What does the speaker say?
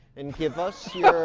and give us